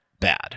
bad